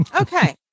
Okay